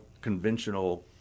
conventional